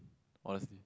honestly